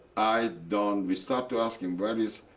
i don't we start to ask him, where is